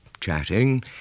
chatting